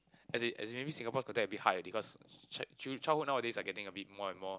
as in as in maybe Singapore's context a bit hard already cause child childhood nowadays are getting a bit more and more